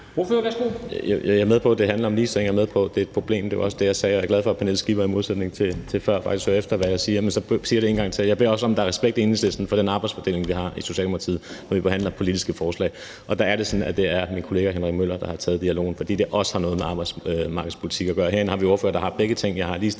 Skipper i modsætning til før faktisk hører efter, hvad jeg siger. Men jeg siger det en gang til. Jeg beder også om, at der er respekt i Enhedslisten for den arbejdsfordeling, vi har i Socialdemokratiet, når vi behandler politiske forslag. Der er det sådan, at det er min kollega Henrik Møller, der har taget dialogen, fordi det også har noget med arbejdsmarkedspolitik at gøre. Herinde har vi ordførere, der har begge ting.